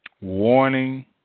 warning